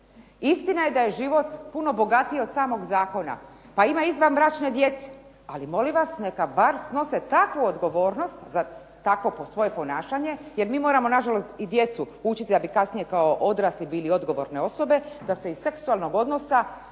Istina je da je život puno bogatiji od samog zakona, pa ima izvanbračne djece. Ali molim vas neka bar snose takvu odgovornost za takvo svoje ponašanje, jer mi moramo nažalost i djecu učiti da bi kasnije kao odrasli bili odgovorne osobe da se iz seksualnog odnosa